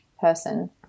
person